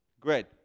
Great